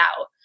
out